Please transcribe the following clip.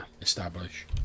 establish